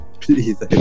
Please